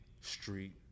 street